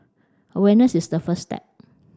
awareness is the first step